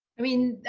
i mean